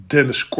Dennis